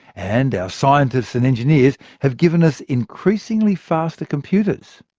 and our scientists and engineers have given us increasingly faster computers.